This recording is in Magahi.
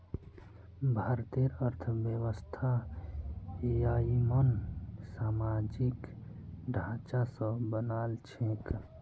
भारतेर अर्थव्यवस्था ययिंमन सामाजिक ढांचा स बनाल छेक